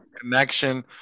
connection